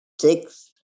six